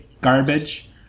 garbage